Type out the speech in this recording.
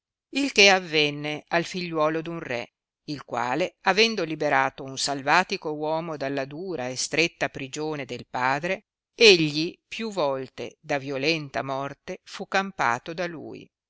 il che avenne al figliuolo d un re il quale avendo liberato un salvatico uomo dalla dura e stretta prigione del padre egli più volte da violenta morte fu campato da lui